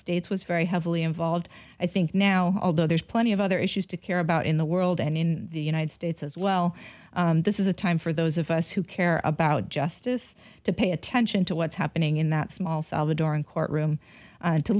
states was very heavily involved i think now although there's plenty of other issues to care about in the world and in the united states as well this is a time for those of us who care about justice to pay attention to what's happening in that small salvadoran courtroom